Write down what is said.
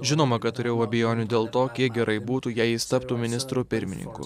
žinoma kad turėjau abejonių dėl to kiek gerai būtų jei jis taptų ministru pirmininku